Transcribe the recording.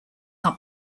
are